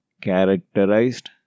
characterized